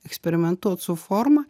eksperimentuot su forma